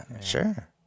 Sure